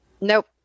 Nope